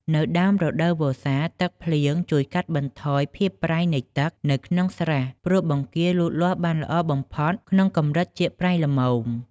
នៅដើមរដូវវស្សា ទឹកភ្លៀងជួយកាត់បន្ថយភាពប្រៃនៃទឹកនៅក្នុងស្រះ ព្រោះបង្គាលូតលាស់បានល្អបំផុតក្នុងកម្រិតជាតិប្រៃល្មម។